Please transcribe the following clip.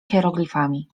hieroglifami